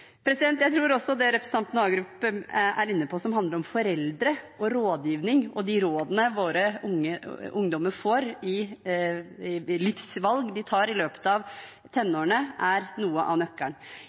Jeg tror også det representanten Hagerup er inne på som handler om foreldre og rådgivning og de rådene våre ungdommer får i livsvalg de tar i løpet av